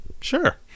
sure